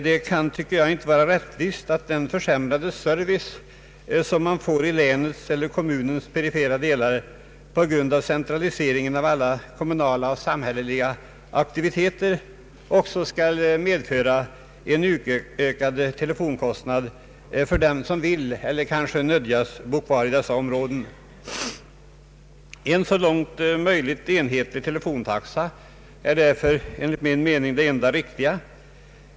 Det kan inte vara rättvist att den försämrade service man får i länets eller kommunens perifera delar på grund av centraliseringen av alla kommunala och samhälleliga aktiviteter, också skall medföra en ökad telefonkostnad för dem som vill eller kanske nödgas bo kvar i dessa områden. En så långt möjligt enhetlig telefontaxa är därför det enda riktiga.